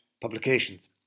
publications